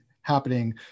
happening